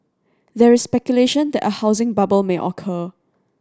there is speculation that a housing bubble may occur